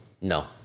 No